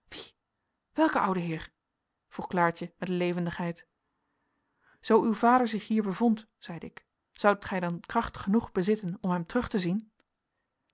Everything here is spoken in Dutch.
welke oude heer vroeg klaartje met levendigheid zoo uw vader zich hier bevond zeide ik zoudt gij dan kracht genoeg bezitten om hem terug te zien